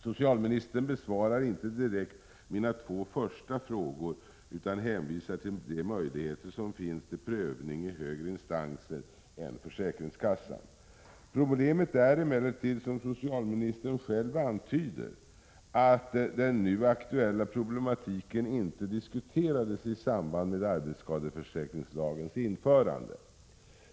Socialministern besvarar inte direkt mina två första frågor utan hänvisar till de möjligheter som finns till prövning i högre instanser än försäkringskassan. Problemet är emellertid, som socialministern själv antyder, att den nu aktuella frågeställningen inte diskuterades i samband med arbetsskadeförsäkringslagens införande.